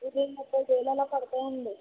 ఇది ముప్పై వేలు అలా పడుతుందండి